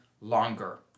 longer